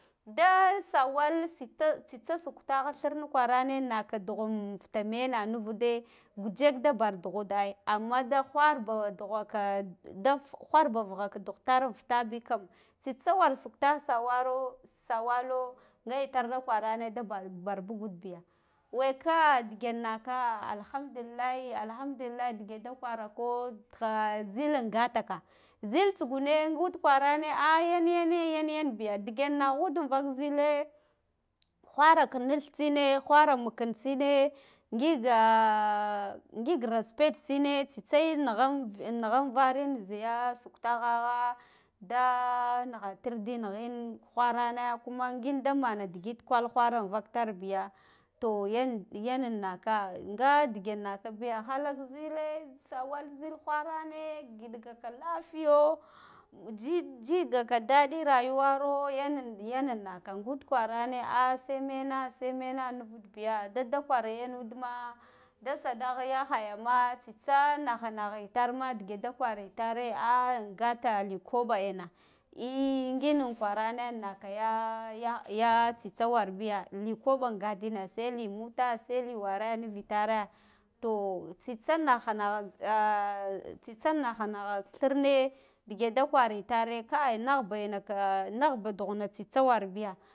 Da sawal sita tsitsa sukfah thirna kwarane naka dughun futa mena nu vude gujek da ban dughud ai amma da wharba dugha ka da wharba vughuka daughtar fa ra bikam tsitsa war suktuu sawara sawala nga da kwarane da bar bugud biya wekk ka dige naka alhamdulillah alhamdulillahi dige da kwarako tiha zil ngataka zil tsugune ngunt kwarane ah yan yana yanyanbiya dige naghud vak zile gohar aka nith tsine whara mukin tsine ngiga ngig respect tsine tsitsa nigha, nigha n varin ziya suktaghaha da nighatirdi nigh in wharana kuna ngin da man digid kwai whara an vaktarbiya to yan, yanan naka nga dige naka biya halak zile sawal zil wharane giɗgaka lafiyo ji, jigaka daɗi rayuwaro yan yan naka ngub kwarane sai mena sai mena nuvud bi ya dada kwar yenudma da sadah yahayam a tsitsa naha nagha itarma dige da kwara itare ah an ngata li koɓa ena ehh ngin kwarane naka ya, gah, ya tsitsa warbiya likoɓa ngadina sai li muta, sai li ware nivitare to tsitsa nahaj kaha ahh tsitsa nah ha nagha thirne dege da kwaraitare kai naghaba enaka nahba dughuna tsitsa warbiya.